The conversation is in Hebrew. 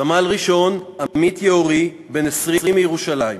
סמל-ראשון עמית יאורי, בן 20, מירושלים,